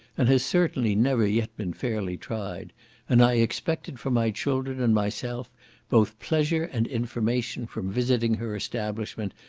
and has certainly never yet been fairly tried and i expected for my children and myself both pleasure and information from visiting her establishment,